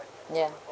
ya